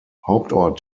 hauptort